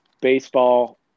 baseball